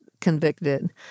convicted